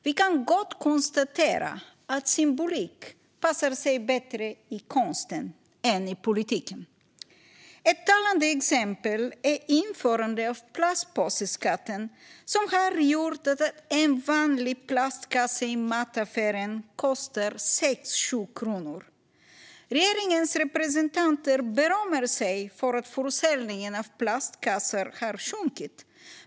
Vi kan gott konstatera att symbolik passar sig bättre i konsten än i politiken. Ett talande exempel är införandet av plastpåseskatten, som har gjort att en vanlig plastkasse i mataffären kostar 6-7 kronor. Regeringens representanter berömmer sig för att försäljningen av plastkassar har sjunkit.